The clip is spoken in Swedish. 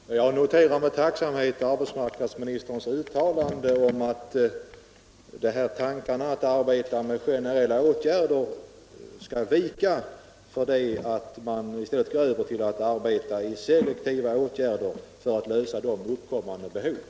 Fru talman! Jag noterar med tacksamhet arbetsmarknadsministerns uttalande att tanken att man bör arbeta med generella åtgärder skall vika och att man i stället skall använda selektiva åtgärder för att lösa uppkommande problem.